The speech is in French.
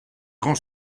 grand